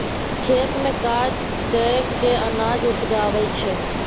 खेत मे काज कय केँ अनाज उपजाबै छै